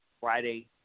Friday